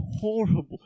horrible